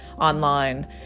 online